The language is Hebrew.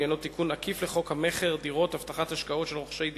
שעניינו תיקון עקיף לחוק המכר (דירות) (הבטחת השקעות של רוכשי דירות),